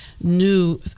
new